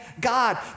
God